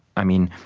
i mean,